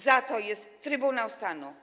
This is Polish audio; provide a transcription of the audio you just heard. Za to jest Trybunał Stanu.